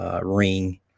ring